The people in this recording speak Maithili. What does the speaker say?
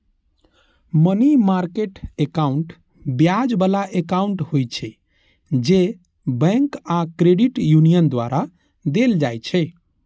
मनी मार्केट एकाउंट ब्याज बला एकाउंट होइ छै, जे बैंक आ क्रेडिट यूनियन द्वारा देल जाइ छै